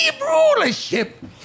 rulership